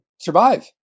survive